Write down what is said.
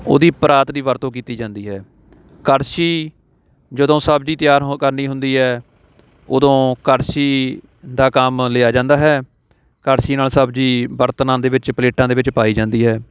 ਉਹਦੀ ਪਰਾਤ ਦੀ ਵਰਤੋਂ ਕੀਤੀ ਜਾਂਦੀ ਹੈ ਕੜਛੀ ਜਦੋਂ ਸਬਜ਼ੀ ਤਿਆਰ ਹੋ ਕਰਨੀ ਹੁੰਦੀ ਹੈ ਉੱਦੋਂ ਕੜਛੀ ਦਾ ਕੰਮ ਲਿਆ ਜਾਂਦਾ ਹੈ ਕੜਛੀ ਨਾਲ ਸਬਜ਼ੀ ਬਰਤਨਾਂ ਦੇ ਵਿੱਚ ਪਲੇਟਾਂ ਦੇ ਵਿੱਚ ਪਾਈ ਜਾਂਦੀ ਹੈ